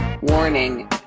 Warning